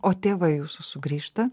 o tėvai jūsų sugrįžta